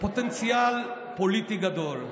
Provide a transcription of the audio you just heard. פוטנציאל פוליטי גדול.